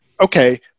okay